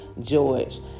George